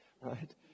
right